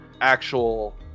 actual